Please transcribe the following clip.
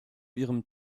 ihrem